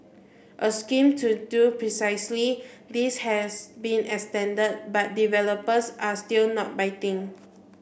a scheme to do precisely this has been extend but developers are still not biting